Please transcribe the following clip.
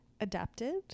Adapted